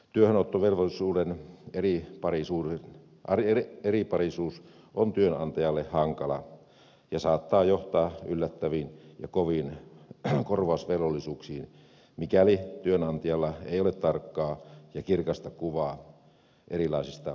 työhönottovelvollisuuden eriparisuus on työnantajalle hankalaa ja saattaa johtaa yllättäviin ja koviin korvausvelvollisuuksiin mikäli työnantajalla ei ole tarkkaa ja kirkasta kuvaa erilaisista säännöksistä